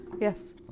Yes